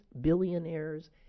billionaires